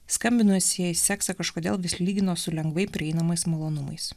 skambinusieji seksą kažkodėl vis lygino su lengvai prieinamais malonumais